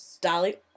Dolly